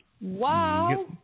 wow